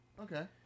okay